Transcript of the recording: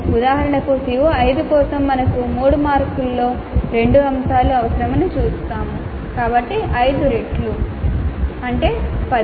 ఉదాహరణకు CO5 కోసం మనకు 3 మార్కులలో రెండు అంశాలు అవసరమని చూశాము కాబట్టి ఐదు రెట్లు 10